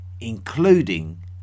including